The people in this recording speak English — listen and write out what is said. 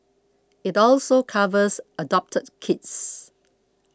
it also covers adopted kids